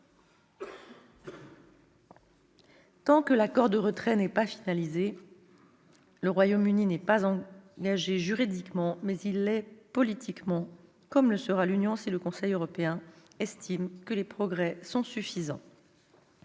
tant que l'accord de retrait n'est pas finalisé, le Royaume-Uni n'est pas engagé juridiquement ; mais il l'est politiquement, comme le sera l'Union européenne si le Conseil européen estime que les progrès sont suffisants.